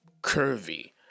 curvy